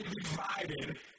divided